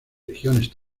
regiones